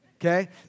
Okay